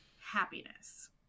happiness